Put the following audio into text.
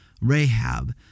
Rahab